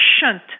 shunt